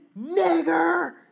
nigger